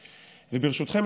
וברשותכם,